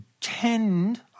tend